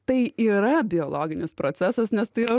tai yra biologinis procesas nes tai yra